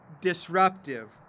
disruptive